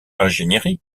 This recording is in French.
ingénierie